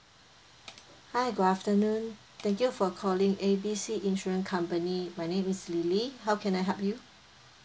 hi good afternoon thank you for calling A B C insurance company my name is lily how can I help you